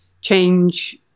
change